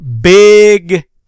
big